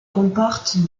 comporte